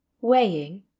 Weighing